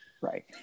Right